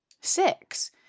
six